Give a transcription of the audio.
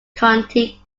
county